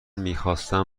میخواستم